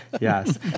Yes